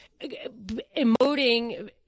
emoting